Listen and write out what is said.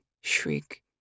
shriek